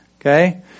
Okay